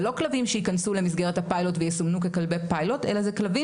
זה לא כלבים שייכנסו למסגרת הפיילוט ויסומנו ככלבי פיילוט אלא זה כלבים